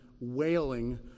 wailing